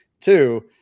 two